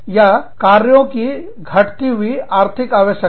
या कार्यों की घटती हुई आर्थिक आवश्यकता